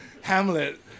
Hamlet